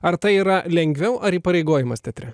ar tai yra lengviau ar įpareigojimas teatre